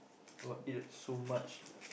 !wah! eat so much